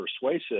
persuasive